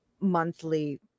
monthly